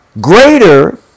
greater